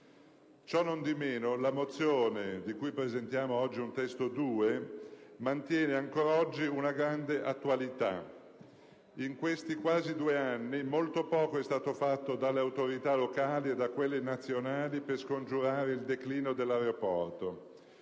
Cionondimeno, la mozione, di cui presentiamo oggi un testo 2, mantiene ancora una grande attualità. In questi quasi due anni molto poco è stato fatto dalle autorità locali e da quelle nazionali per scongiurare il declino dell'aeroporto.